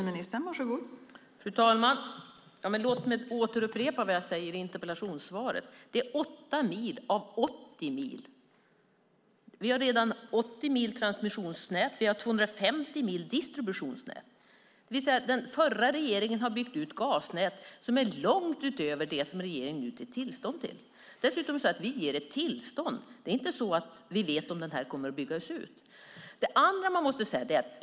Fru talman! Låt mig upprepa vad jag sade i mitt interpellationssvar. Det är fråga om 8 mil av 80 mil. Vi har redan 80 mil transmissionsnät, och vi har 250 mil distributionsnät. Den förra regeringen byggde ut gasnät som var långt utöver det regeringen nu ger tillstånd till. Vi ger ett tillstånd. Det är inte så att vi vet att ledningen kommer att byggas ut.